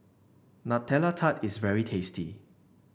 Nutella Tart is very tasty